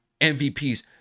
MVPs